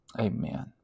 amen